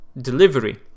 delivery